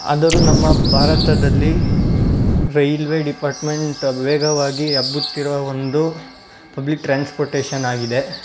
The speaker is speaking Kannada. ಆದರೂ ನಮ್ಮ ಭಾರತದಲ್ಲಿ ರೈಲ್ವೇ ಡಿಪಾರ್ಟ್ಮೆಂಟ್ ವೇಗವಾಗಿ ಹಬ್ಬುತ್ತಿರುವ ಒಂದು ಪಬ್ಲಿಕ್ ಟ್ರಾನ್ಸ್ಪೋರ್ಟೇಶನ್ ಆಗಿದೆ